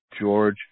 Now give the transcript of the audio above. George